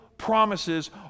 promises